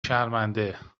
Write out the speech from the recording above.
شرمنده